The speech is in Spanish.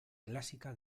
clásica